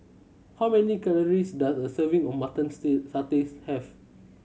how many calories does a serving of mutton stay sataies have